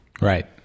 Right